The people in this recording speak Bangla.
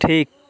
ঠিক